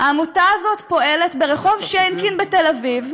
העמותה הזאת פועלת ברחוב שינקין בתל-אביב,